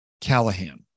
Callahan